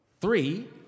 three